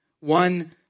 One